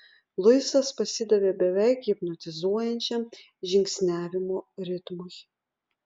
luisas pasidavė beveik hipnotizuojančiam žingsniavimo ritmui